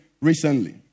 recently